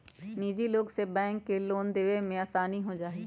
निजी लोग से बैंक के लोन देवे में आसानी हो जाहई